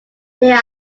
there